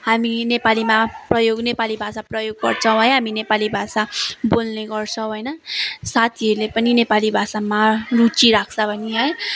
हामी नेपालीमा प्रयोग नेपाली भाषा प्रयोग गर्छौँ है हामी नेपाली भाषा है बोल्ने गर्छौँ होइन साथीहरूले पनि नेपाली भाषामा रुचि राख्छ भने है